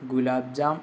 gulab jam